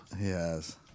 Yes